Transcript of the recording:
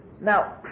Now